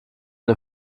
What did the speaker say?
den